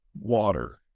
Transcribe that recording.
water